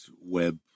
web